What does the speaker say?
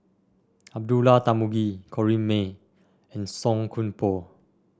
Abdullah Tarmugi Corrinne May and Song Koon Poh